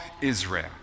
Israel